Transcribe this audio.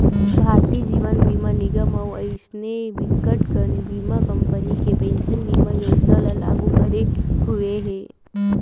भारतीय जीवन बीमा निगन अउ अइसने बिकटकन बीमा कंपनी ह पेंसन बीमा योजना ल लागू करे हुए हे